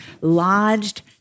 lodged